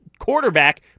quarterback